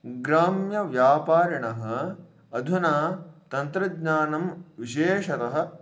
ग्राम्यव्यापारिणः अधुना तन्त्रज्ञानं विशेषतः